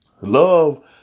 Love